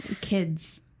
kids